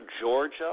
georgia